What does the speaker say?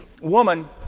woman